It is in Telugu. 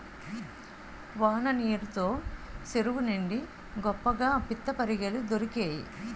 వాన నీరు తో సెరువు నిండి గొప్పగా పిత్తపరిగెలు దొరికేయి